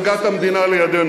כשקיבלנו את הנהגת המדינה לידינו.